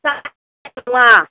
नङा